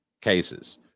Cases